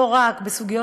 ולא רק זה,